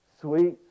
Sweet